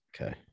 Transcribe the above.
Okay